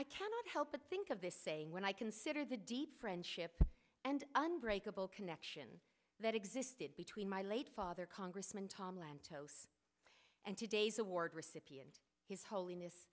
i cannot help but think of this saying when i consider the deep friendship and unbreakable connection that existed between my late father congressman tom lantos and today's award recipient his holiness